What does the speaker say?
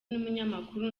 n’umunyamakuru